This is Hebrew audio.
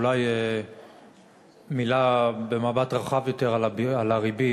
אולי מילה במבט רחב יותר על הריבית.